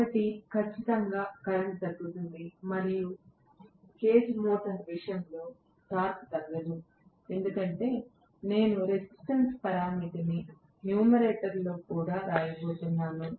ఒకటి ఖచ్చితంగా కరెంట్ తగ్గుతుంది మరియు కేజ్ మోటారు విషయంలో టార్క్ తగ్గదు ఎందుకంటే నేను ఈ రెసిస్టెన్స్ పరామితిని న్యూమరేటర్లో కూడా రాబోతున్నాను